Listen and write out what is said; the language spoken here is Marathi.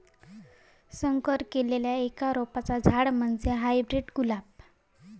संकर केल्लल्या एका रोपाचा झाड म्हणजे हायब्रीड गुलाब